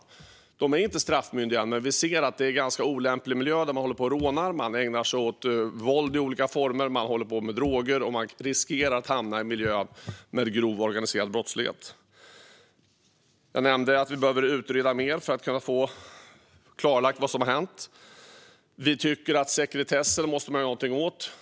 Dessa ungdomar är inte straffmyndiga, men vi ser att det är en ganska olämplig miljö när man rånar, ägnar sig åt våld i olika former, håller på med droger och riskerar att hamna i en miljö med grov organiserad brottslighet. Jag nämnde att vi behöver utreda mer för att kunna få klarlagt vad som har hänt. Vi tycker att man måste göra någonting åt sekretessen.